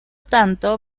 tanto